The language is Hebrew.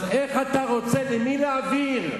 אז איך אתה רוצה, למי להעביר?